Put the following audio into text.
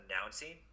announcing